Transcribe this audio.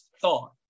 thought